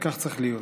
וכך צריך להיות.